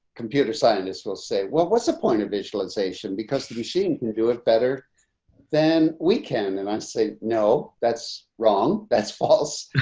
computer scientists will say welcome what's the point of visualization because the machine can do it better than we can? and i say, no, that's wrong. that's false.